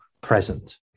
present